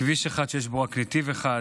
כביש אחד שיש בו רק נתיב אחד.